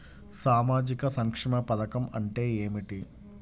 సామాజిక సంక్షేమ పథకం అంటే ఏమిటి?